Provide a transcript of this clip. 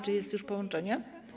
Czy jest już połączenie?